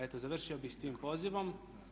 Eto, završio bih s tim pozivom.